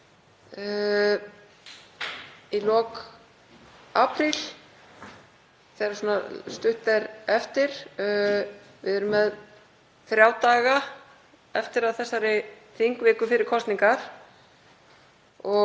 í lok apríl þegar svona stutt er eftir. Við erum með þrjá daga eftir af þessari þingviku fyrir kosningar og